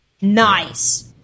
nice